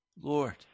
Lord